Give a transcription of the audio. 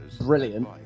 brilliant